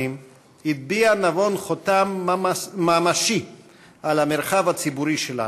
הטביע נבון חותם ממשי על המרחב הציבורי שלנו,